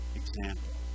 example